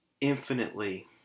infinitely